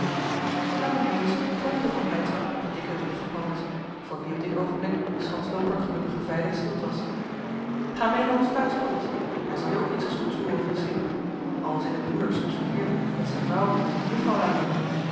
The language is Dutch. lange meeuwis trommelde van blijdschap op den dikken rug van paddeltje voor wien op dit oogenblik de schanslooper gelukkig een veilig schild was ga mee naar ons thuis paddeltje daar zal je ook niks als goeds hooren van den schipper al zit het moeder soms verkeerd dat zijn vrouw zich juffrouw laat noemen